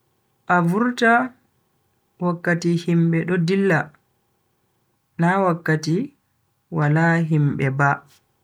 A vurta wakkati himbe do dilla na wakkati wala himbe ba.